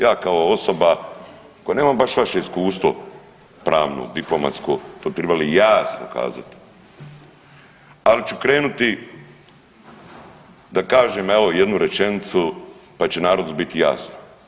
Ja kao osoba koja nemam baš vaše iskustvo pravno, diplomatsko to bi tribali jasno kazat, ali ću krenuti da kažem evo jednu rečenicu pa će narodu biti jasno.